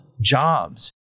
jobs